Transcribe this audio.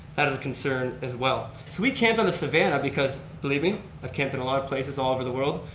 that is a concern as well. so we camped on the savannah because, believe me i've camped in a lot of places all over the world,